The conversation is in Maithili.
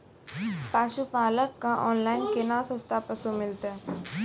पशुपालक कऽ ऑनलाइन केना सस्ता पसु मिलतै?